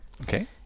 Okay